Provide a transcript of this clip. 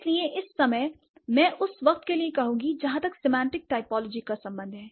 इसलिए इस समय मैं उस वक्त के लिए कहूंगी जहां तक सेमांटिक टाइपोलॉजी का संबंध है